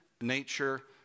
nature